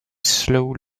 slow